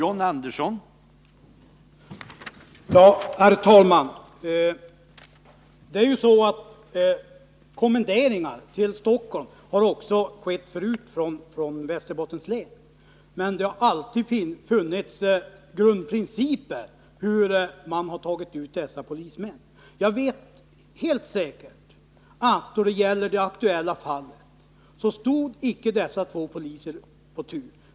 Herr talman! Kommenderingar till Stockholm från Västerbottens län har förekommit tidigare, men då har man alltid följt vissa grundprinciper för uttagningen av polismän. I det aktuella fallet vet jag helt säkert att dessa två poliser inte stod i tur.